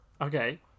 Okay